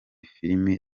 filime